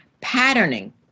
patterning